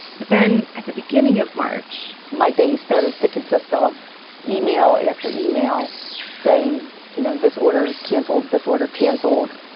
but then at the beginning of march. my day started to consist ah of email after email saying, you know, this order canceled, this order canceled.